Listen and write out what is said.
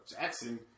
Jackson